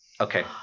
Okay